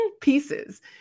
pieces